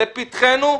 לפתחנו,